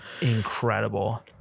Incredible